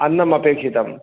अन्नम् अपेक्षितम्